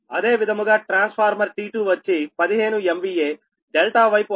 అదే విధముగా transformer T2 వచ్చి 15 MVA డెల్టా వైపు 6